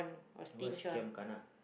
what is giam gana